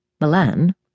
Milan